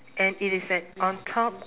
and it is at on top